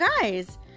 guys